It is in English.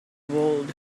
world